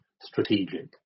strategic